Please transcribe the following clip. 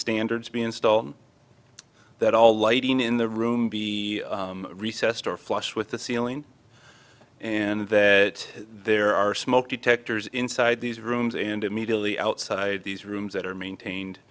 standards be installed that all lighting in the room be recessed or flush with the ceiling and that there are smoke detectors inside these rooms and immediately outside these rooms that are maintained